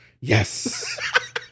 Yes